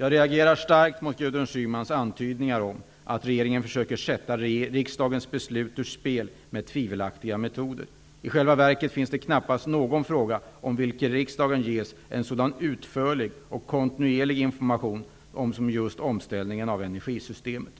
Jag reagerar starkt mot Gudrun Schymans antydningar om att regeringen försöker sätta riksdagens beslut ur spel med tvivelaktiga metoder. I själva verket finns det knappast någon fråga om vilken riksdagen ges en sådan utförlig och kontinuerlig information som just omställningen av energisystemet.